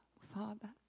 Father